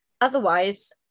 Otherwise